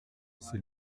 c’est